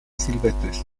silvestres